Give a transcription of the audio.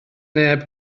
neb